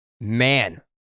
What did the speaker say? man